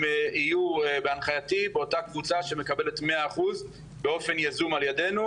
הם יהיו בהנחייתי באותה קבוצה שמקבלת 100% באופן יזום על ידינו,